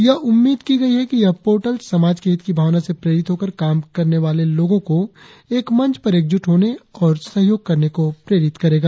यह उम्मीद की गई है कि यह पोर्टल समाज के हित की भावना से प्रेरित होकर काम करने वालों लोगों को एक मंच पर एकजुट होने और सहयोग करने को प्रेरित करेगा